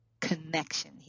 connection